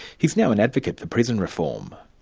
he's now an advocate for prison reform.